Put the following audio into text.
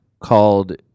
called